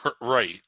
Right